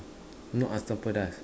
not asam pedas